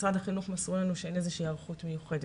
משרד החינוך מסר לנו שאין איזושהי היערכות מיוחדת.